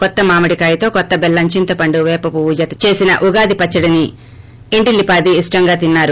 కొత్త మామిడికాయతో కొత్త టెల్లం చింతపండు పేప పువ్వు జత చేసి చేసిన ఉగాది పచ్చడిని ఇంటిల్లిపాదీ ఇష్టంగా తిన్పారు